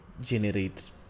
generate